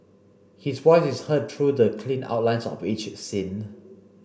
his voice is heard through the clean outlines of each scene